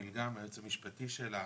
היועץ המשפטי של מילגם.